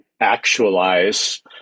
actualize